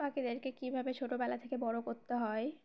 পাকিদেরকে কীভাবে ছোটবেলা থেকে বড় করতে হয়